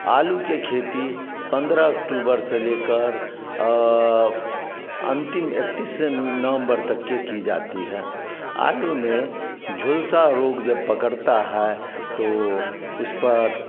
आलू की खेती पंद्रह अक्टूबर से लेकर अंतिम इकत्तीस नवम्बर तक के की जाती है आलू में झोलसा रोग जब पकड़ता है तो उस पर